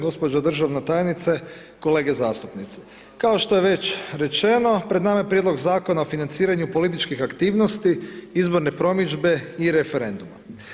Gđo. državna tajnice, kolege zastupnici, kao što je već rečeno, pred nama je prijedlog Zakona o financiranju političkih aktivnosti, izborne promidžbe i referenduma.